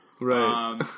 Right